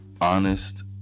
honest